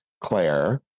Claire